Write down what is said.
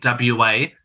WA